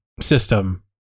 system